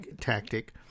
tactic